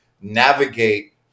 navigate